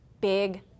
big